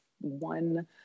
one